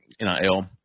NIL